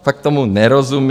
Tak tomu nerozumím.